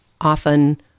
often